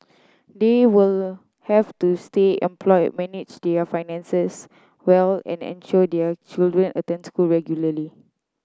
they will have to stay employed manage their finances well and ensure their children attend school regularly